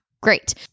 great